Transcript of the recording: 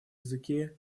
языке